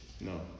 No